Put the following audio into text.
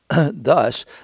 Thus